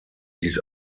dies